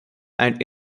and